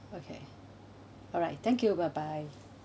okay alright thank you bye bye